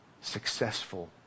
successful